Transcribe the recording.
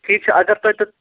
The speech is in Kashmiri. ٹھیٖک چھُ اگر تۄہہِ